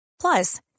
Plus